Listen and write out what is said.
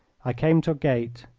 i came to a gate.